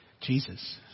Jesus